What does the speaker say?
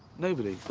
nobody.